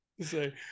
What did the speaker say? say